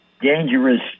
dangerous